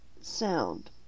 sound